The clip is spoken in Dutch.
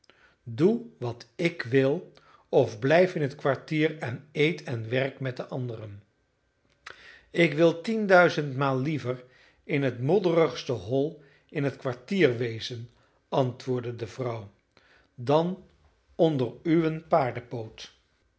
doe wat ik wil of blijf in het kwartier en eet en werk met de anderen ik wil tienduizendmaal liever in het modderigste hol in het kwartier wezen antwoordde de vrouw dan onder